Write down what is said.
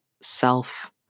self